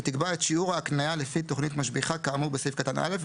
שתקבע את שיעור ההקניה לפי תוכנית משביחה כאמור בסעיף קטן (א),